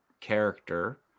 character